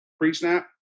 pre-snap